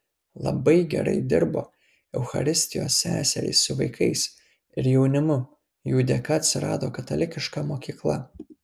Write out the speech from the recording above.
labai gerai dirbo eucharistijos seserys su vaikais ir jaunimu jų dėka atsirado katalikiška mokykla